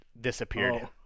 disappeared